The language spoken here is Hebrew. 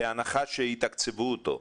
בהנחה שיתקצבו אותו.